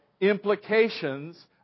implications